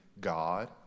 God